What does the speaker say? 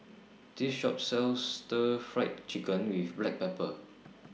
This Shop sells Stir Fried Chicken with Black Pepper